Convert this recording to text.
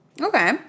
Okay